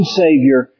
savior